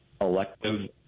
elective